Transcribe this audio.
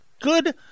Good